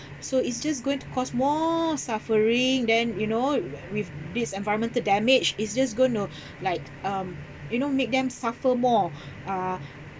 so it's just going to cause more suffering then you know with this environmental damage it's just going to like um you know make them suffer more uh